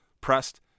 pressed